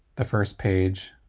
the first page